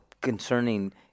concerning